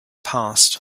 passed